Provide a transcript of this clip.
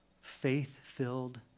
faith-filled